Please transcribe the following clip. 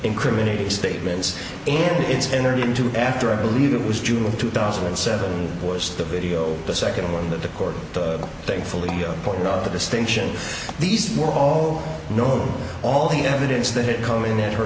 incriminating statements and it's entered into after i believe it was june of two thousand and seven was the video the second hour of the court thankfully the point of the distinction these were all know all the evidence that had come in at her